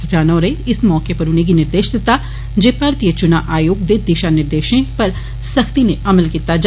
राणा होरें इस मौके उनेंगी निर्देश दिता जे भारतीय चुना आयोग दे दिशा निर्देशें पर सख्ती नै अमल कीता जा